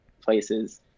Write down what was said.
places